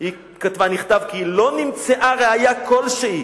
נכתב כי לא נמצאה ראיה כלשהי